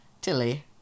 Tilly